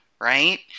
right